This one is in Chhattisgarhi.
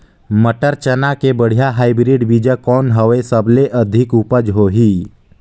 मटर, चना के बढ़िया हाईब्रिड बीजा कौन हवय? सबले अधिक उपज होही?